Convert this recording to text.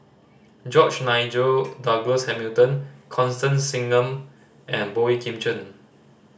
George Nigel Douglas Hamilton Constance Singam and Boey Kim Cheng